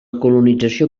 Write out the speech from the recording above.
colonització